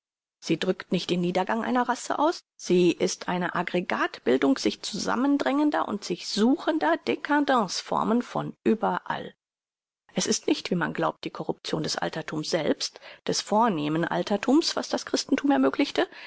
sie drückt nicht den niedergang einer rasse aus sie ist eine aggregat bildung sich zusammendrängender und sich suchender dcadence formen von überall es ist nicht wie man glaubt die korruption des alterthums selbst des vornehmen alterthums was das christenthum ermöglichte